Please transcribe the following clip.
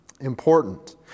important